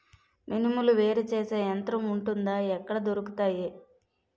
మినుములు వేరు చేసే యంత్రం వుంటుందా? ఎక్కడ దొరుకుతాయి?